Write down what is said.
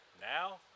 now